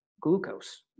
glucose